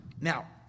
Now